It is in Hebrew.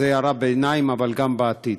וזו הערת ביניים, אבל גם בעתיד: